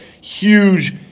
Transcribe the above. Huge